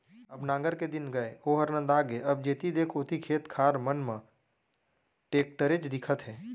अब नांगर के दिन गय ओहर नंदा गे अब जेती देख ओती खेत खार मन म टेक्टरेच दिखत हे